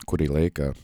kurį laiką